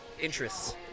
interests